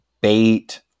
bait